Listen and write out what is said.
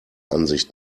ansicht